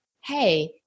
Hey